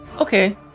okay